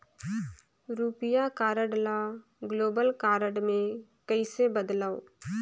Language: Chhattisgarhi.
रुपिया कारड ल ग्लोबल कारड मे कइसे बदलव?